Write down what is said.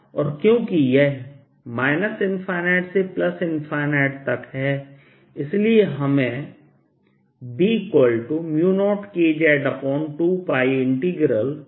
और क्योंकि यह से तक है इसलिए हमें B0Kz2π ∞dxx2z2 प्राप्त होता है